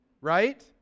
right